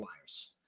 wires